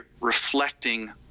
reflecting